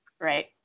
right